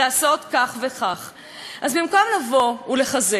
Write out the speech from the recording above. אז במקום לבוא ולחזק, לבוא ולהסביר פנים,